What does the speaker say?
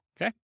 Okay